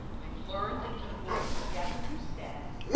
i've learned that people will forget what you said,